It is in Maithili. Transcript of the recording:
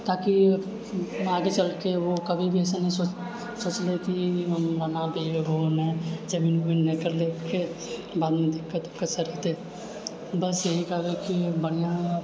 ताकि आगे चलके ओहो कभी भी वैसन नहि सोच सोचले कि जमीन उमीन नहि बादमे दिक्कत उक्कत सब होतै बस इएह कहबै कि बढ़िआँ